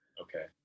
Okay